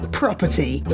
property